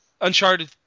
Uncharted